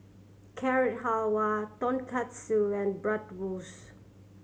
Carrot Halwa Tonkatsu and Bratwurst